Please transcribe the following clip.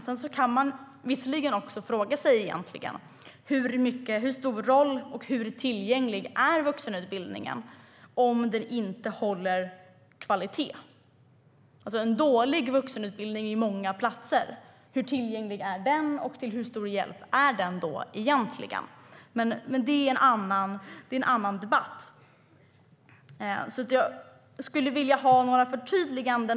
Man kan visserligen fråga sig hur stor roll vuxenutbildningen har och hur tillgänglig den är om den inte är av god kvalitet. Hur tillgänglig är dålig vuxenutbildning med många platser, och till hur stor hjälp är den då egentligen? Men det är en annan debatt. Jag skulle vilja ha några förtydliganden.